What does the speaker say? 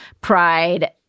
pride